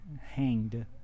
hanged